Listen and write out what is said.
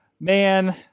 man